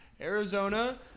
Arizona